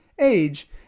age